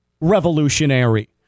revolutionary